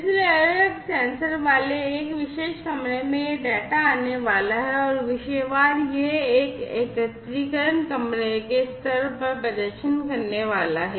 इसलिए अलग अलग सेंसर वाले एक विशेष कमरे में यह डेटा आने वाला है और विषयवार यह एकत्रीकरण कमरे के स्तर पर प्रदर्शन करने वाला है